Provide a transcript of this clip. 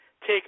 take